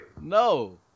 No